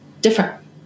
Different